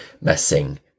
messing